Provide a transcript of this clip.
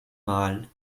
mal